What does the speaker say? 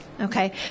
Okay